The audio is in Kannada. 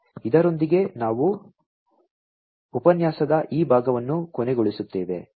ಇದರೊಂದಿಗೆ ನಾವು ಉಪನ್ಯಾಸದ ಈ ಭಾಗವನ್ನು ಕೊನೆಗೊಳಿಸುತ್ತೇವೆ